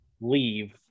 leave